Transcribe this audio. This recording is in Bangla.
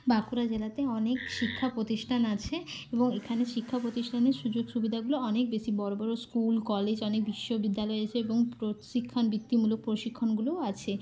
বাঁকুড়া জেলাতে অনেক শিক্ষা প্রতিষ্ঠান আছে এবং এখানে শিক্ষা প্রতিষ্ঠানে সুযোগ সুবিধাগুলো অনেক বেশি বড় বড় স্কুল কলেজ অনেক বিশ্ববিদ্যালয় আছে এবং প্রশিক্ষণ বৃত্তিমূলক প্রশিক্ষণগুলোও আছে